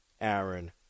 Aaron